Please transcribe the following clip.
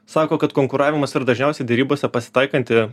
sako kad konkuravimas yra dažniausiai derybose pasitaikanti